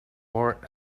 warrant